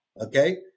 Okay